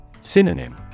Synonym